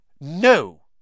no